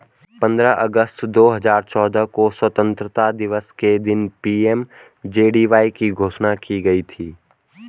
पंद्रह अगस्त दो हजार चौदह को स्वतंत्रता दिवस के दिन पी.एम.जे.डी.वाई की घोषणा की गई थी